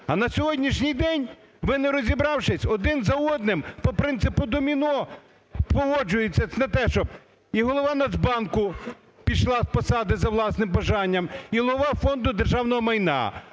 А на сьогоднішній день ви, не розібравшись, один за одним по принципу доміно погоджуєтесь на те, щоб і голова Нацбанку пішла з посади за власним бажанням і Голова Фонду державного майна.